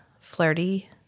flirty